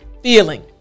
feeling